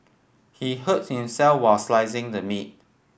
he hurt himself while slicing the meat